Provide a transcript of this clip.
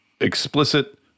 explicit